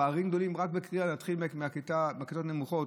פערים גדולים בקריאה שמתחילים בכיתות הנמוכות,